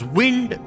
wind